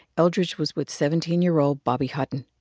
eldridge was with seventeen year old bobby hutton.